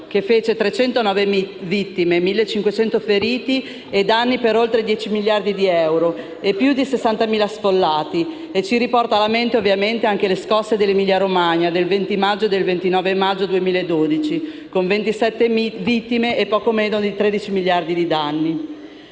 fece 309 vittime, 1.500 feriti, danni per oltre 10 miliardi di euro e più di 60.000 sfollati; ovviamente ci riporta alla mente anche le scosse dell'Emilia-Romagna del 20 e del 29 maggio 2012, con 27 vittime e poco meno di 13 miliardi di danni.